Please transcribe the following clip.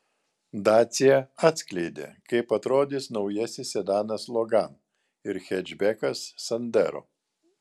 dacia atskleidė kaip atrodys naujasis sedanas logan ir hečbekas sandero